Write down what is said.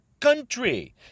country